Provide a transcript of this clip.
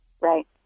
Right